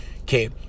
Okay